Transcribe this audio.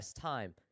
time